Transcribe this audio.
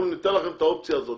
אנחנו ניתן לכם את האופציה הזאת